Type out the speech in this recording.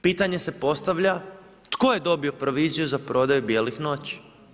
Pitanje se postavlja, tko je dobio proviziju za prodaju Bijelih noći?